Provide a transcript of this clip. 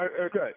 Okay